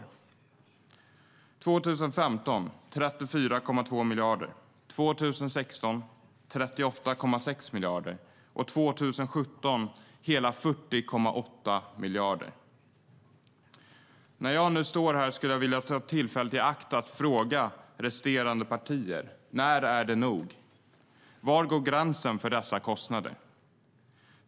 År 2015 föreslås 34,2 miljarder, år 2016 föreslås 38,6 miljarder och år 2017 hela 40,8 miljarder. När jag nu står här skulle jag vilja ta tillfället i akt att fråga resterande partier: När är det nog? Var går gränsen för dessa kostnader?